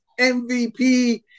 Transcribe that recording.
MVP